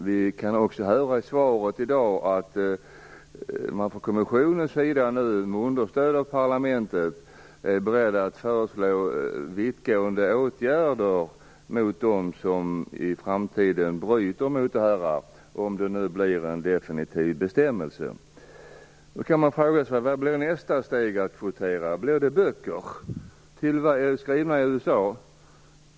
Vi kan också höra av svaret i dag att kommissionen nu understödjer parlamentet och är beredd att - om detta blir en definitiv bestämmelse - föreslå vittgående åtgärder mot dem som i framtiden bryter mot den. Man kan fråga sig på vilket område man skall kvotera i nästa steg. Blir det böcker skrivna i USA?